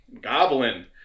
goblin